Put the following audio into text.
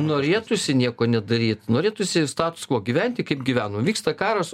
norėtųsi nieko nedaryt norėtųsi status kvo gyventi kaip gyveno vyksta karas